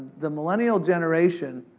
the millennial generation